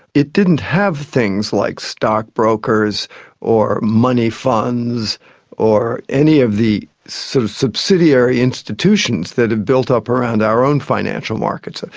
it didn't have things like stockbrokers or money funds or any of the so subsidiary institutions that built up around our own financial markets, ah